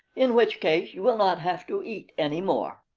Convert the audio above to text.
in which case you will not have to eat any more.